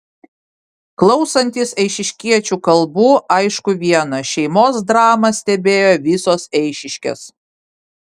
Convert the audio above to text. klausantis eišiškiečių kalbų aišku viena šeimos dramą stebėjo visos eišiškės